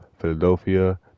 Philadelphia